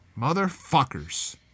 Motherfuckers